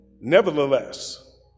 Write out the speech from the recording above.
Nevertheless